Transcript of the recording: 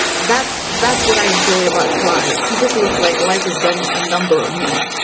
that's that's what i enjoy about clive. he just looks like life has done a number on him